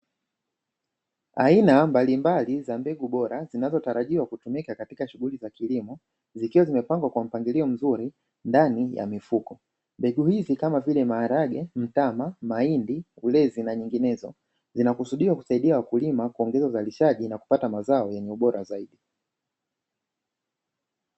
Aina mbalimbali za mbegu bora zinazotarajiwa kutumika katika shughuli za kilimo, zikiwa zimepangwa kwa mpangilio mzuri ndani ya mifuko, mbegu hizi kama vile: maharage, mtama, mahindi, ulezi na nyinginezo, zinakusudiwa kusaidia wakulima kuongeza uzalishaji na kupata mazao yenye ubora zaidi.